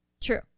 True